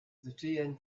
the